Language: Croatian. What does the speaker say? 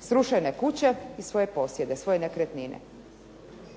srušene kuće i svoje posjede, svoje nekretnine.